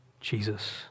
Jesus